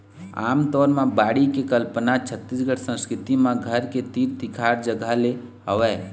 आमतौर म बाड़ी के कल्पना छत्तीसगढ़ी संस्कृति म घर के तीर तिखार जगा ले हवय